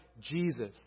Jesus